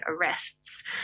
arrests